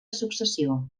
successió